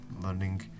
learning